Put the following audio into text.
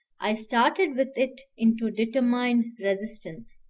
i started with it into determined resistance,